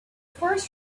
first